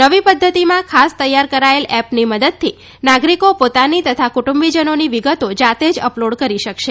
નવી પધ્ધતિમાં ખાસ તૈયાર કરાયેલ એપની મદદથી નાગરીકી પોતાની તથા કુટુંબીજનોની વિગતો જાતે જ અપલોડ કરી શકશે